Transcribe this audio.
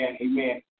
amen